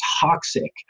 toxic